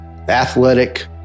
athletic